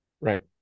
Right